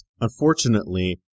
Unfortunately